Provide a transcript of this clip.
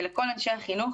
ולכל אנשי החינוך,